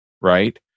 right